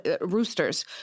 roosters